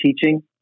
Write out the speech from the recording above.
teaching